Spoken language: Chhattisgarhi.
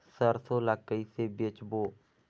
सरसो ला कइसे बेचबो?